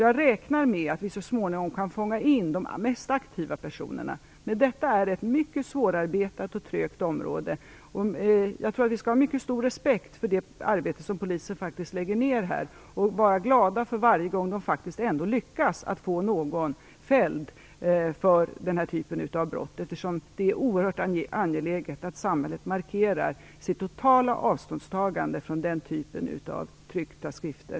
Jag räknar med att vi så småningom kan fånga in de mest aktiva personerna. Men detta är ett mycket svårarbetat och trögt område. Jag tror att vi skall ha mycket stor respekt för det arbete som polisen faktiskt lägger ned här och vara glada för varje gång de ändå lyckas att få någon fälld för den här typen av brott. Det är oerhört angeläget att samhället markerar sitt totala avståndstagande från den typen av tryckta skrifter.